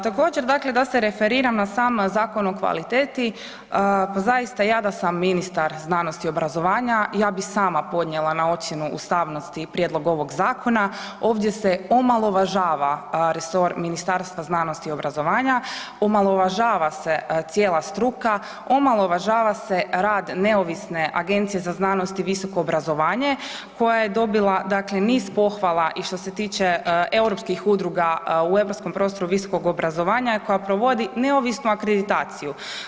Također dakle da se referiram na sam zakon o kvalitetu, pa zaista, ja da sam ministar znanosti i obrazovanja, ja bi sama podnijela na ocjenu ustavnosti prijedlog ovog zakona, ovdje se omalovažava resor Ministarstva znanosti i obrazovanja, omalovažava se cijela struka, omalovažava se rad neovisne Agencije za znanost i visoko obrazovanje koja je dobila niz pohvala i što se tiče europskih udruga u europskom prostoru visokog obrazovanja koja provodi neovisnu akreditaciju.